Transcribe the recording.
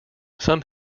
some